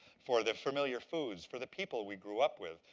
for the familiar foods, for the people we grew up with.